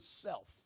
self